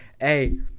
Hey